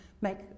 make